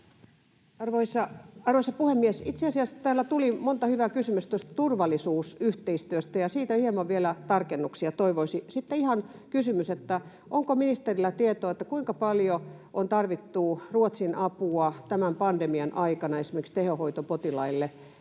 Arvoisa puhemies! Itse asiassa täällä tuli monta hyvää kysymystä tuosta turvallisuusyhteistyöstä, ja siitä vielä hieman tarkennuksia toivoisi. Sitten ihan kysymys: onko ministerillä tietoa, kuinka paljon on tarvittu Ruotsin apua tämän pandemian aikana esimerkiksi tehohoitopotilaille?